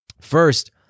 first